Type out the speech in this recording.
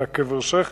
היה קבר שיח',